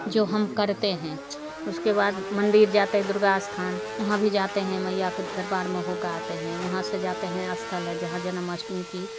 जो हम करते हैं उसके बाद मंदिर जाते है दुर्गा स्थान वहाँ भी जाते हैं मैया के दरबार में हो कर आते हैं वहाँ से जाते हैं स्थल है जहाँ जन्माष्टमी की